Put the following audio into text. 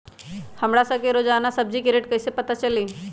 हमरा सब के रोजान सब्जी के रेट कईसे पता चली?